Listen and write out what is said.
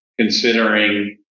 considering